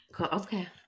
okay